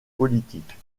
politiques